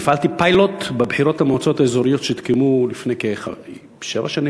הפעלתי פיילוט בבחירות למועצות האזוריות שהתקיימו לפני כשבע שנים,